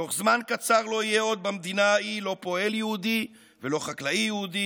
תוך זמן קצר לא יהיה עוד במדינה ההיא לא פועל יהודי ולא חקלאי יהודי.